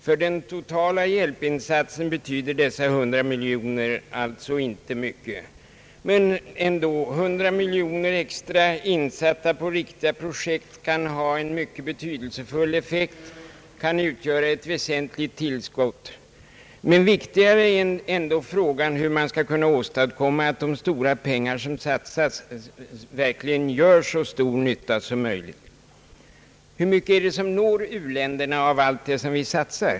För den totala hjälpinsatsen betyder dessa 100 miljoner alltså inte mycket. Men ändå — 100 miljoner extra satsade på riktiga projekt kan ha en mycket betydelsefull effekt, kan utgöra ett väsentligt utillskott. Men viktigare är dock frågan hur man skall kunna åstadkomma att de stora pengar som satsas verkligen gör så stor nytta som möjligt. Hur mycket är det som når u-länderna av allt det som vi satsar?